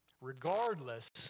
regardless